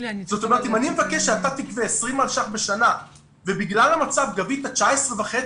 אם אני מבקש שאתה תגבה 20 מיליון שקלים בשנה ובגלל המצב גבית 19.5,